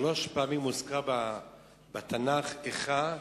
שלוש פעמים מוזכר בתנ"ך "איכה":